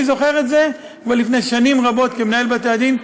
אני זוכר את זה כבר לפני שנים רבות כמנהל בתי-הדין.